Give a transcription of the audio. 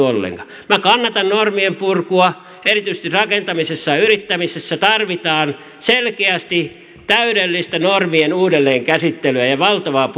ollenkaan minä kannatan normien purkua erityisesti rakentamisessa ja yrittämisessä tarvitaan selkeästi täydellistä normien uudelleen käsittelyä ja ja valtavaa